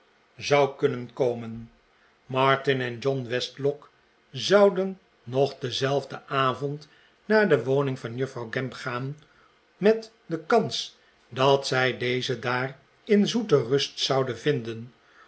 zou kunnen komen martin en john westlock zouden nog dienzelfden avond naar de woning van juffrouw gamp gaan met de kans dat zij deze daar in zoete rust zouden vinden